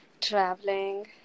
traveling